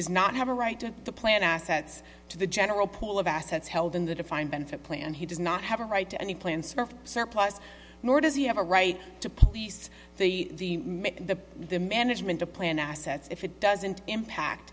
does not have a right to the plan assets to the general pool of assets held in the defined benefit plan he does not have a right to any plans for a surplus nor does he have a right to police the the the management to plan assets if it doesn't impact